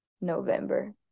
November